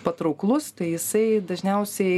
patrauklus tai jisai dažniausiai